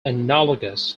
analogous